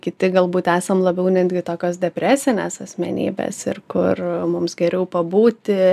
kiti galbūt esam labiau netgi tokios depresinės asmenybės ir kur mums geriau pabūti